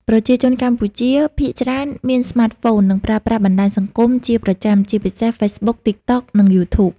ប្រជាជនកម្ពុជាភាគច្រើនមានស្មាតហ្វូន និងប្រើប្រាស់បណ្ដាញសង្គមជាប្រចាំ ជាពិសេស ហ្វេកប៊ុក តិកតុក និងយូធូប។